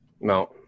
No